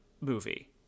movie